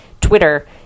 Twitter